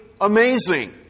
amazing